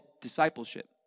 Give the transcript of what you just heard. discipleship